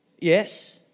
Yes